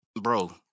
bro